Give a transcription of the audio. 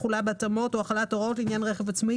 תחולה בהתאמות או החלת הוראות לעניין רכב עצמאי,